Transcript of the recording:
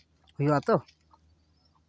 ᱦᱩᱭᱩᱜ ᱟᱛᱚ